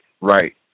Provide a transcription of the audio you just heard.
right